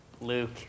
Luke